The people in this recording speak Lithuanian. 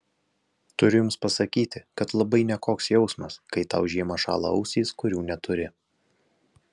turiu jums pasakyti kad labai nekoks jausmas kai tau žiemą šąla ausys kurių neturi